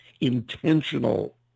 intentional